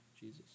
Jesus